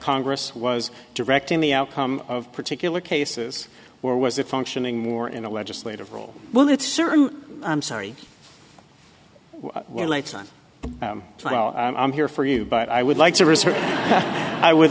congress was directing the outcome of particular cases where was it functioning more in a legislative role well that's certainly i'm sorry well it's on i'm here for you but i would like to reserve i would